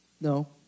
No